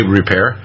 repair